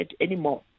anymore